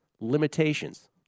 limitations